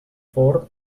ford